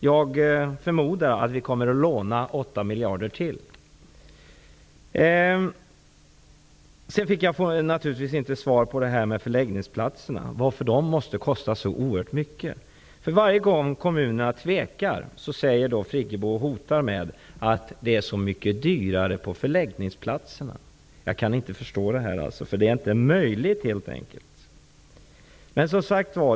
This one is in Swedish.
Jag förmodar att vi kommer att låna 8 miljarder till. Sedan fick jag naturligtvis inte svar på varför förläggningsplatserna måste kosta så oerhört mycket. För varje gång kommunerna tvekar hotar Birgit Friggebo med att det är så mycket dyrare på förläggningsplatserna. Jag kan inte förstå det. Det är helt enkelt inte möjligt.